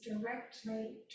directly